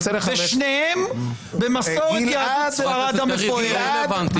ושניהם במסורת יהדות ספרד המפוארת.